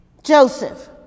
Joseph